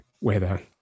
weather